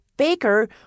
Baker